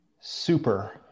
super